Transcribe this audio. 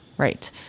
Right